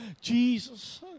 Jesus